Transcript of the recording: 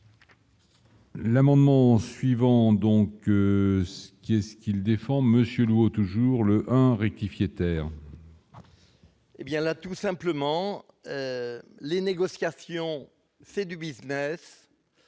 L'amendement suivant, donc ce qui est ce qu'il défend Monsieur nouveau, toujours le 1 rectifier terre. Eh bien là tout simplement les négociations, c'est du Business,